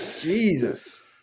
Jesus